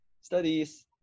studies